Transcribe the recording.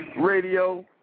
radio